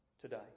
today